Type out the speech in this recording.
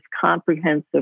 comprehensive